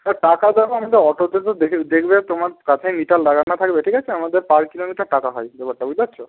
হ্যাঁ টাকাটা তো আমাদের অটোতে তো দেখ দেখবে তোমার পাশেই মিটার লাগানো থাকবে ঠিক আছে আমাদের পার কিলোমিটার টাকা হয় ব্যাপারটা বুঝতে পারছো